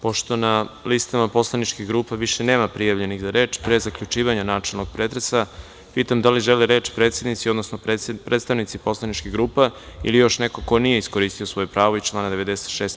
Pošto na listama poslaničkih grupa više nema prijavljenih za reč, pre zaključivanja načelnog pretresa, pitam da li žele reč predsednici, odnosno predstavnici poslaničkih grupa ili još neko ko nije iskoristio svoje pravo iz člana 96.